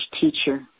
teacher